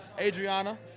Adriana